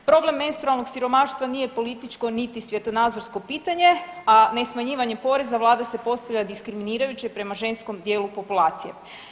Problem menstrualnog siromaštva nije političko niti svjetonazorsko pitanje, a ne smanjivanjem poreza Vlada se postavlja diskriminirajuće prema ženskom dijelu populacije.